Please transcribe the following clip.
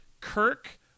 Kirk